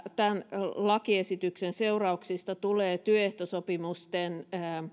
tämän lakiesityksen seurauksista tulee työehtosopimusten